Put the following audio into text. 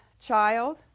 child